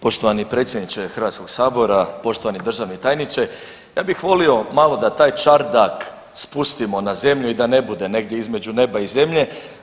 Poštovani predsjedniče Hrvatskog sabora, poštovani državni tajniče, ja bih volio malo da taj čardak spustimo na zemlju i da ne bude negdje između neba i zemlje.